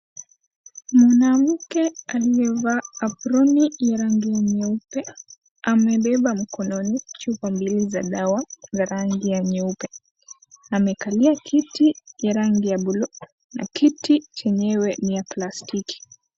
Mwanamke aliyevaa aproni ya rangi ya nyeupe amebeba mkononi chupa mbili za dawa za rangi ya nyeupe amekalia kiti cha rangi ya bluu na kiti chenyewe ni ya plastiki.